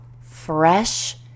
fresh